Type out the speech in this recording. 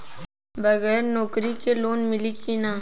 बगर नौकरी क लोन मिली कि ना?